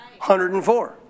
104